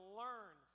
learn